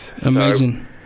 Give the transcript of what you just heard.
Amazing